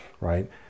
right